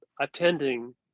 attending